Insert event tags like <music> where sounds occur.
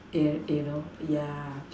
<noise> you know yeah